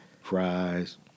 fries